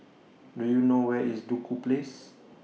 Do YOU know Where IS Duku Place